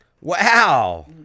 Wow